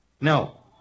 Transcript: No